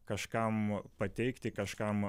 kažkam pateikti kažkam